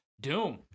Doom